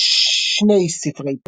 2 ספרי פרוזה,